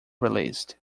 released